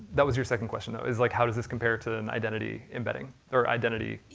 that was your second question, though, is like how does this compare to an identity embedding, or identity.